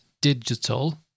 digital